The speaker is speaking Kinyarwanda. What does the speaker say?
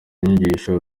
nyigisho